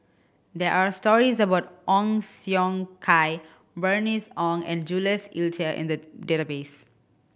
there are stories about Ong Siong Kai Bernice Ong and Jules Itier in the database